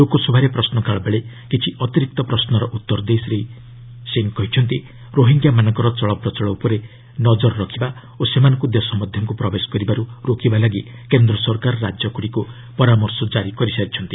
ଲୋକସଭାରେ ପ୍ରଶ୍ୱକାଳ ବେଳେ କିଛି ଅତିରିକ୍ତ ପ୍ରଶ୍ୱର ଉତ୍ତର ଦେଇ ଶ୍ରୀ ସିଂ କହିଛନ୍ତି ରୋହିଙ୍ଗ୍ୟାମାନଙ୍କର ଚଳପ୍ରଚଳ ଉପରେ ନଜର ରଖିବା ଓ ସେମାନଙ୍କୁ ଦେଶ ମଧ୍ୟକୁ ପ୍ରବେଶ କରିବାରୁ ରୋକିବା ଲାଗି କେନ୍ଦ୍ର ସରକାର ରାଜ୍ୟଗୁଡ଼ିକୁ ପରାମର୍ଶ ଜାରି କରିସାରିଛନ୍ତି